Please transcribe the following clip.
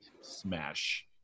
smash